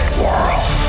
world